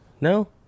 No